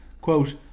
Quote